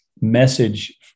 message